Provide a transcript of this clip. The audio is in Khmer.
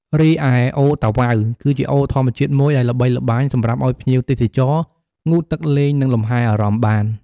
រីឯ អូរតាវ៉ៅ គឺជាអូរធម្មជាតិមួយដែលល្បីល្បាញសម្រាប់ឱ្យភ្ញៀវទេសចរ ងូតទឹកលេងនិងលំហែអារម្មណ៍បាន។